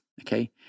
okay